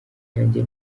yanjye